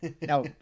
now